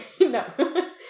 No